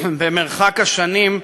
במרחק השנים,